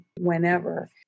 whenever